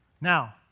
Now